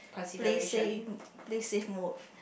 play safe play safe mode